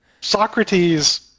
Socrates